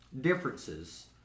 differences